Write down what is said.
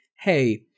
hey